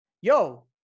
yo